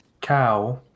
Cow